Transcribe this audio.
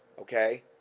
okay